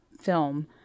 film